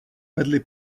vedli